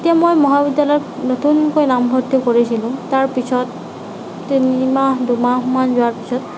তেতিয়া মই মহাবিদ্যালয়ত নতুনকৈ নামভৰ্তি কৰিছিলোঁ তাৰ পিছত তিনি মাহ দুমাহমান যোৱাৰ পিছত